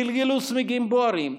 גלגלו צמיגים בוערים,